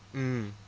mm